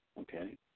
Okay